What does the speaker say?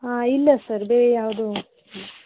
ಹಾಂ ಇಲ್ಲ ಸರ್ ಬೇರೆ ಯಾವುದೂ